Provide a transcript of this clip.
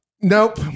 Nope